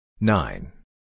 Nine